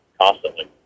constantly